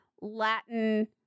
Latin